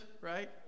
right